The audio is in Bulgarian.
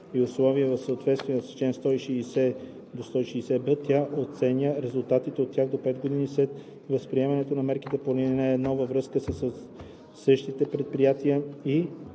и условия в съответствие с чл. 160 – 160б, тя оценява резултатите от тях до 5 години след приемане на мерките по ал. 1 във връзка със същите предприятия и